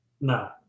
No